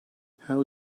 how